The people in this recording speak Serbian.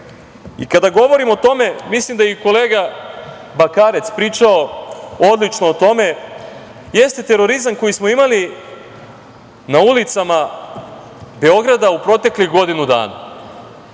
Kada govorim o tome, mislim da je i kolega Bakarec pričao odlično o tome, jeste terorizam koji smo imali na ulicama Beograda u proteklih godinu dana. Ja